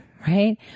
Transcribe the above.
right